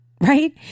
Right